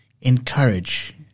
encourage